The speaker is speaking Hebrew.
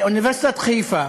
באוניברסיטת חיפה